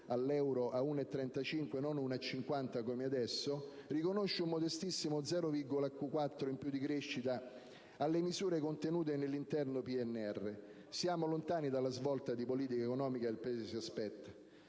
all'euro a 1,35 e non a 1,50, come adesso, a riconoscere un modestissimo 0,4 per cento in più di crescita alle misure contenute nell'intero PNR. Siamo lontani dalla svolta di politica economica che il Paese si aspetta.